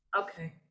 okay